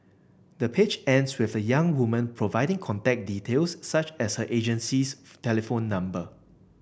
the page ends with the young woman providing contact details such as her agency's telephone number